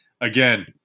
again